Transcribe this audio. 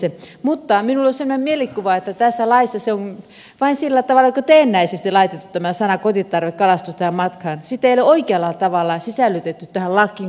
mutta minulla on semmoinen mielikuva että tässä laissa on vain sillä tavalla niin kuin teennäisesti laitettu tämä sana kotitarvekalastus tähän matkaan sitä ei ole oikealla tavalla sisällytetty tähän lakiin kuitenkaan